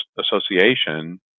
Association